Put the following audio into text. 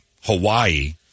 Hawaii